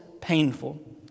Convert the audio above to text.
painful